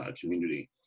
community